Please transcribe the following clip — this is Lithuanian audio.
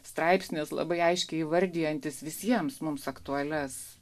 straipsnis labai aiškiai įvardijantis visiems mums aktualias